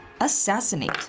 Assassinate